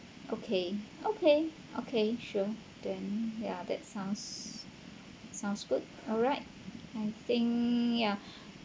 okay okay okay sure then ya that sounds sounds good alright I think ya